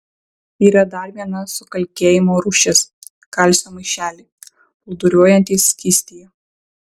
yra dar viena sukalkėjimo rūšis kalcio maišeliai plūduriuojantys skystyje